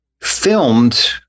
filmed